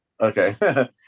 okay